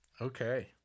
Okay